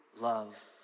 love